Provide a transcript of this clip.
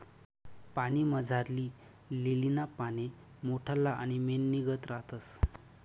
पाणीमझारली लीलीना पाने मोठल्ला आणि मेणनीगत रातस